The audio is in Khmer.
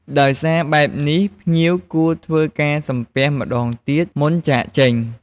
ដោយសារបែបនេះ ភ្ញៀវគួរធ្វើការសំពះម្តងទៀត មុនចាកចេញ។